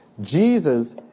Jesus